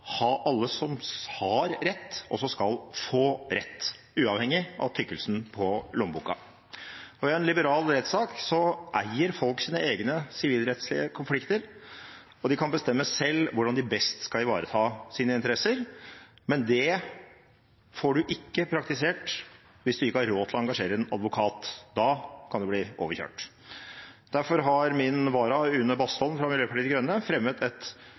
få rett, uavhengig av tykkelsen på lommeboka. I en liberal rettsstat eier folk sine egne sivilrettslige konflikter, og de kan bestemme selv hvordan de best skal ivareta sine interesser, men det får en ikke praktisert hvis en ikke har råd til å engasjere en advokat. Da kan en bli overkjørt. Derfor har min vararepresentant, Une Aina Bastholm, på vegne av Miljøpartiet De Grønne fremmet et